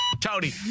Tony